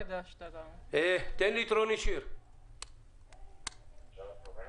רוני שיר, בבקשה.